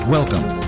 Welcome